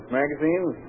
magazines